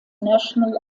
national